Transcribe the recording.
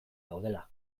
gaudela